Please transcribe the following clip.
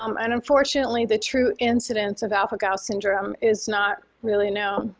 um and unfortunately, the true incidence of alpha-gal syndrome is not really known.